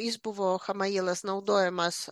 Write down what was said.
jis buvo chamailas naudojamas